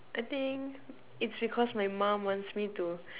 I think it's because my mum wants me to